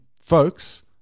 folks